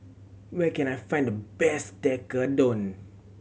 where can I find the best Tekkadon